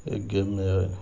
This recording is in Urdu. ایک گیم میں